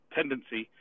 tendency